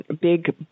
big